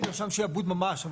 נרשם שיעבוד ממש.